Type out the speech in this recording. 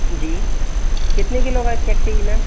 जी कितने किलो का केक चाहिए मैम